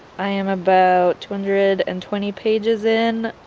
i am about two hundred and twenty pages in,